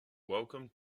welcome